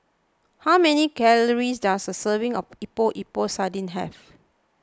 how many calories does a serving of Epok Epok Sardin have